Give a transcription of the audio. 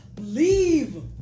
leave